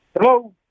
Hello